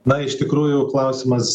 na iš tikrųjų klausimas